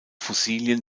fossilien